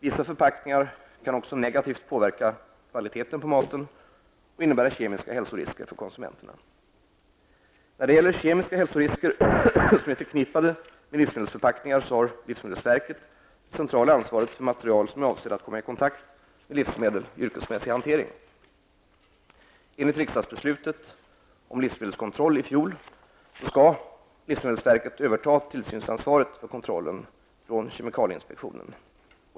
Vissa förpackningar kan också negativt påverka livsmedlens kvalitet och innebära kemiska hälsorisker för konsumenterna. När det gäller kemiska hälsorisker förknippade med livsmedelsförpackningar innehar livsmedelsverket det centrala ansvaret för material avsedda att komma i kontakt med livsmedel i yrkesmässig hantering. Enligt riksdagsbeslutet om livsmedelskontroll i fjol skall livsmedelsverket överta tillsynsansvaret för kontrollen från kemikalieinspektionen.